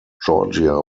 georgia